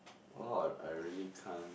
oh I really can't